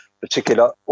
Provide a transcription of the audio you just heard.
particular